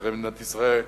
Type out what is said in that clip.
אזרחי מדינת ישראל.